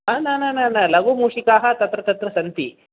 हा न न न न लघुमूषिकाः तत्र तत्र सन्ति